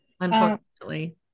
Unfortunately